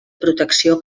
protecció